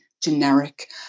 generic